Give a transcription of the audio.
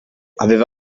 aveva